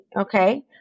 okay